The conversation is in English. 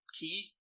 key